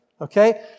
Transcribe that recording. Okay